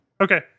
Okay